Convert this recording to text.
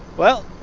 well,